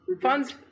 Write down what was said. Funds